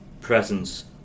presence